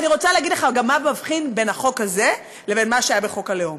ואני רוצה להגיד לך גם מה מבחין בין החוק הזה לבין מה שהיה בחוק הלאום.